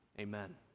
amen